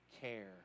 care